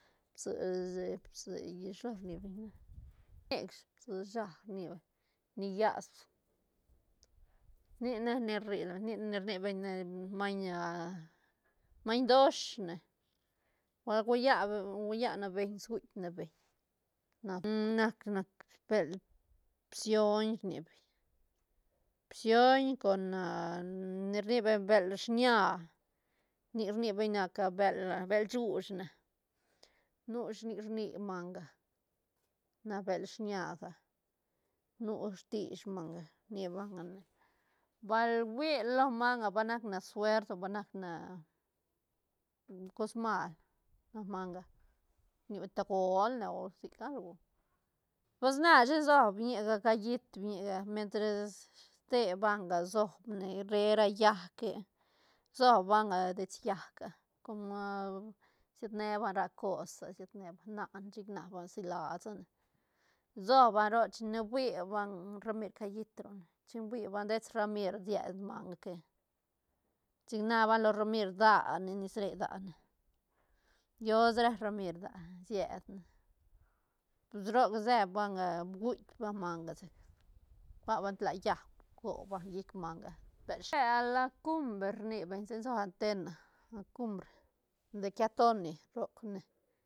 Pshi- pshi shi lo rni beñ ne nic psishac rni beñ ni llas nic nac ni rri lo beñ nic ni rni beñ ne maiñ maiñ dosh ne, ba cualla cualla na beñ guitk ne beñ na nac- nac bël bsion rni beñ bsion con ni rni beñ bël shiña nic rni beñ naca bëla shuuch ne, nu shinic rni manga na bël shiñaga nu stich manga rni banga ne bañ huila lo manga va nacne suert o ba nacne cos mal nac manga niu tagol ne o sic algo, pues na shi soob biñiga callit biñiga mientras ste banga soob ne re ra llaäc que soob banga dets llaäc como siet ne banga ra cos ah siet ne banga na ne chic na banga silasa soob ba roc chine fui ban ramir calliit roc chin fui banga dets ramir sied manga que chic na banga lo ramir da ne nesre da ne llo sa re ramir da siet ne pus roc se banga guitk banga manga sec cua banga tla llaäc bco banga llic manga bël shi la cumbre rni beñ sen sob antena la cumbre de quiatoni roc ne